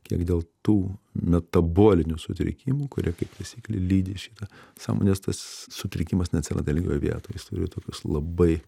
kiek dėl tų metabolinių sutrikimų kurie kaip taisyklė lydi šitą sąmonės tas sutrikimas neatsiranda lygioj vietoj jis turi tokius labai